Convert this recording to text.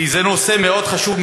כי זה נושא מאוד חשוב,